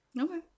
Okay